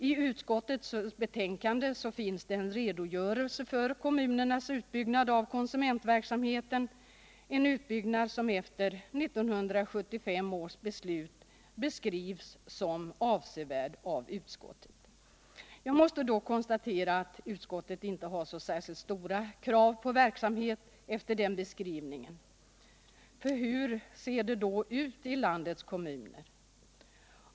I utskottets betänkande finns en redogörelse för kommunernas utbyggnad av konsumentverksamheten, en utbyggnad som efter 1975 års beslut beskrivs som avsevärd. Jag måste då konstatera efter den beskrivningen att utskottet inte har särskilt stora krav på verksamhet. För hur ser det ut i landets kommuner?